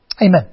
Amen